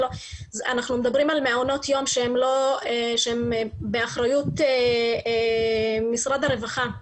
אנחנו מדברים על מעונות יום שהם באחריות משרד הרווחה.